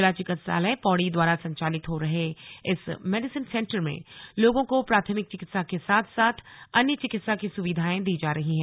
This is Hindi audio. जिला चिकित्सालय पौड़ी द्वारा संचालित हो रहे इस मेडिसिन सेंटर में लोगों को प्राथमिक चिकित्सा के साथ साथ अन्य चिकित्सा की सुविधा दी जा रही है